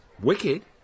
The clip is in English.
Wicked